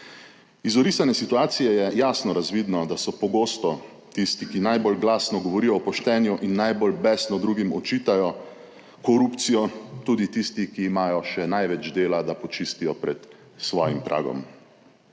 Iz orisane situacije je jasno razvidno, da so pogosto tisti, ki najbolj glasno govorijo o poštenju in najbolj besno drugim očitajo korupcijo, tudi tisti, ki imajo še največ dela, da počistijo pred svojim pragom.